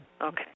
Okay